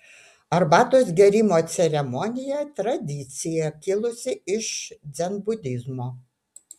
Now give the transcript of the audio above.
arbatos gėrimo ceremonija tradicija kilusi iš dzenbudizmo